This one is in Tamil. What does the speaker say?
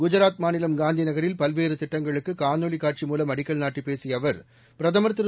குஜராத் மாநிலம் காந்திநகரில் பல்வேறுதிட்டங்களுக்குகாணொளிகாட்சி மூலம் அடிக்கல் நாட்டிப் பேசியஅவரபிரதமர் திரு